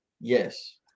Yes